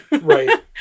Right